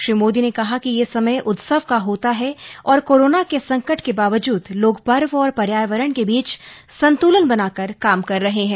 श्री मोदी ने कहा कि ये समय उत्सव का होता है और कोरोना के संकट के बावजूद लोग पर्व और पर्यावरण के बीच संतुलन बनाकर काम कर रहे हैं